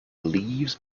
leaves